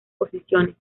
posiciones